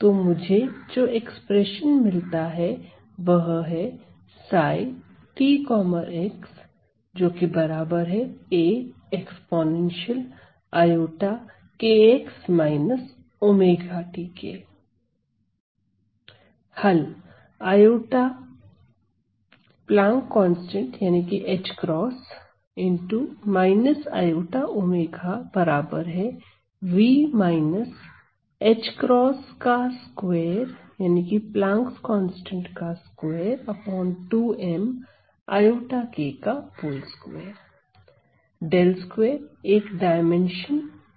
तो मुझे जो एक्सप्रेशन मिलता है वह है हल ▽2एक डायमेंशन की समस्या है